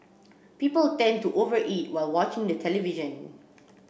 people tend to over eat while watching the television